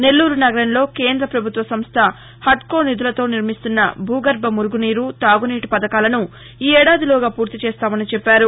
నెల్లూరు నగరంలో కేంద్ర ప్రభుత్వ సంస్ట హద్కో నిధులతో నిర్మిస్తున్న భూగర్భ మురుగునీరు తాగునీటి పథకాలను ఈ ఏడాదిలోగా పూర్తి చేస్తామని చెప్పారు